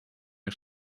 der